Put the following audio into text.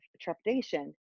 trepidation